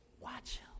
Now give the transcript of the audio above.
Watch